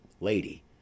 Lady